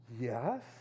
Yes